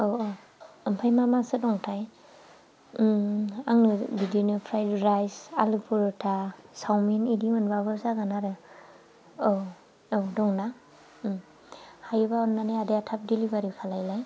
औ औ ओमफ्राय मा मासो दंथाय आंनो बिदिनो फ्राइ राइस आलु फर'था सावमिन बिदि मोनबाबो जागोन आरो औ औ दंना हायोबा अननानै आदाया थाब दिलिभारि खालामलाय